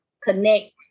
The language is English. connect